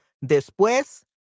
después